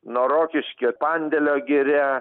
nuo rokiškio pandėlio giria